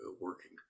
working